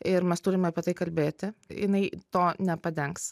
ir mes turime apie tai kalbėti jinai to nepadengs